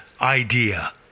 idea